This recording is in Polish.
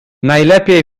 najlepiej